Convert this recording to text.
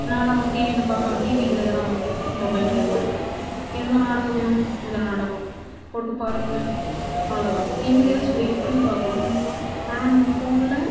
நாடகம் டிவியில் பார்க்குறோம் டிவியில்லயா மொபைல் கையில் இருக்குது எந்த நாடகம் வேணும் இந்த நாடகம் போட்டு பாருங்க அவ்வளோதான் டிவிலேயாச்சும் வெய்ட் பண்ணி பார்க்கணும் ஆனால் நம்ம போனில்